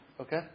Okay